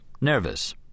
nervous